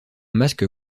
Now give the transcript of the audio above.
masque